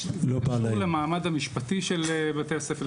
יש, קשור למעמד המשפטי של בית הספר.